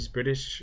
British